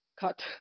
cut